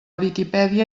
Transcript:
viquipèdia